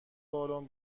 بالن